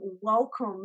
welcome